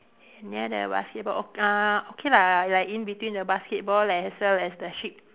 near the basketball ok~ uh okay lah like in between the basketball as well as the sheep